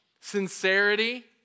sincerity